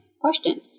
question